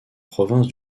provinces